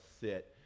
sit